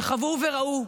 שחוו וראו,